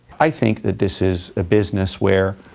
i think that this is a business where